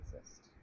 exist